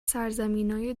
سرزمینای